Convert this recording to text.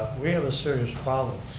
we have a serious problem.